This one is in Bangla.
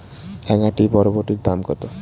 এক আঁটি বরবটির দাম কত?